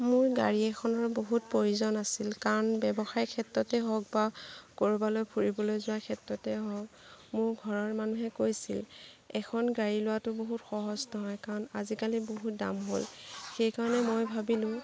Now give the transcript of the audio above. মোৰ গাড়ী এখনৰ বহুত প্ৰয়োজন আছিল কাৰণ ব্যৱসায়ৰ ক্ষেত্ৰতে হওক বা ক'ৰবালৈ ফুৰিবলৈ যোৱাৰ ক্ষেত্ৰতে হওক মোৰ ঘৰৰ মানুহে কৈছে এখন গাড়ী লোৱাটো বহুত সহজ নহয় কাৰণ আজিকালি বহুত দাম হ'ল সেইকাৰণে মই ভাবিলোঁ